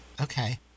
Okay